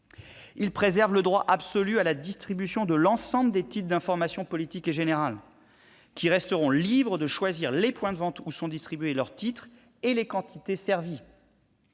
loi préserve également le droit absolu à la distribution de l'ensemble des titres d'information politique et générale, qui resteront libres de choisir les points de vente où sont distribués leurs titres et les quantités servies.